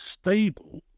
stable